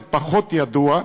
זה פחות ידוע,